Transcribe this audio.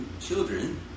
children